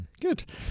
Good